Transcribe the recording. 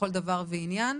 בכל דבר ועניין.